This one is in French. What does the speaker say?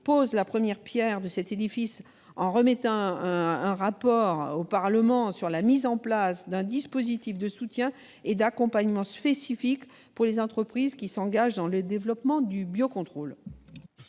pose la première pierre de cet édifice en remettant un rapport au Parlement sur la mise en place d'un dispositif de soutien et d'accompagnement spécifique pour les entreprises s'engageant dans le développement du biocontrôle.